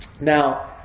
Now